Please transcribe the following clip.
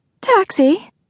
Taxi